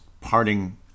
parting